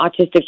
autistic